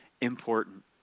important